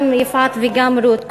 גם יפעת וגם רות,